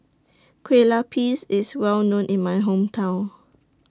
Kueh Lupis IS Well known in My Hometown